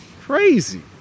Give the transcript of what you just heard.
Crazy